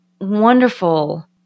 wonderful